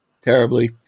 terribly